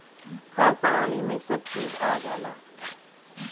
खाद्य प्रणाली में सब चीज आ जाला